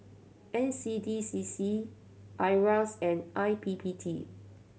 N C D C C IRAS and I P P T